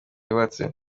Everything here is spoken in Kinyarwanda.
yubatse